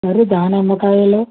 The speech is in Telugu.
మరి దానిమ్మకాయలు